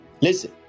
Listen